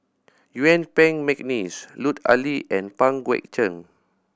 Yuen Peng McNeice Lut Ali and Pang Guek Cheng